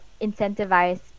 incentivize